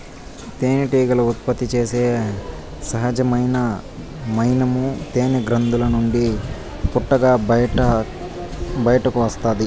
తేనెటీగలు ఉత్పత్తి చేసే సహజమైన మైనము తేనె గ్రంధుల నుండి పొట్టుగా బయటకు వస్తాది